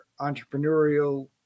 entrepreneurial